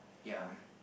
ya